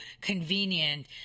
convenient